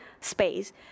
space